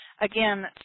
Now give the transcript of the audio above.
again